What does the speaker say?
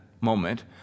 moment